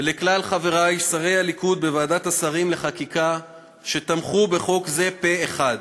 ולכלל חברי שרי הליכוד בוועדת השרים לחקיקה שתמכו בחוק זה פה-אחד.